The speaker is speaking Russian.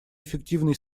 эффективной